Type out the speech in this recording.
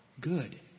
good